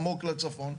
עמוק לצפון,